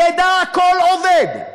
ידע כל עובד.